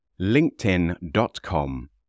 linkedin.com